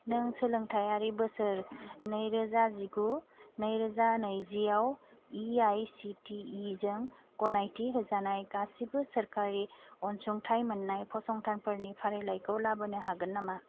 नों सोलोंथायारि बोसोर नैरोजा जिगु नैरोजा नैजियाव A I C T E जों गनायथि होजानाय गासिबो सोरखारि अनसुंथाइ मोन्नाय फसंथानफोरनि फारिलाइखौ लाबोनो हागोन नामा